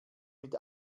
mit